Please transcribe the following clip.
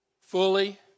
Fully